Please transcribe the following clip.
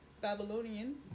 Babylonian